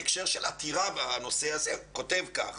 בעקבות עתירה בנושא הזה, כותב כך: